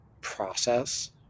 process